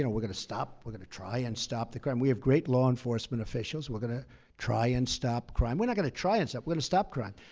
and we're going to stop we're going to try and stop the crime. we have great law enforcement officials. we're going to try and stop crime. we're not going to try and stop, we're going to stop crime.